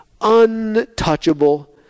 untouchable